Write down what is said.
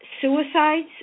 suicides